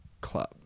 club